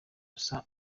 gusa